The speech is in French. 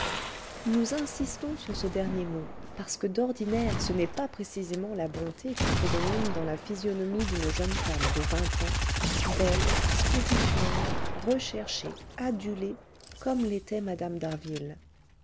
nous insistons sur ce dernier mot parce que d'ordinaire ce n'est pas précisément la bonté qui prédomine dans la physionomie d'une jeune femme de vingt ans belle spirituelle recherchée adulée comme l'était mme